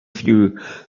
through